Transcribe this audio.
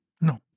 No